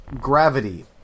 Gravity